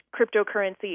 cryptocurrency